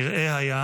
נראה היה